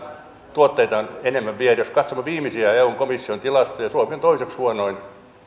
tuotteitamme enemmän viedä jos katsomme viimeisiä eun komission tilastoja suomi on toiseksi huonoin